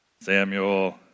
Samuel